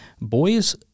boys